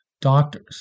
doctors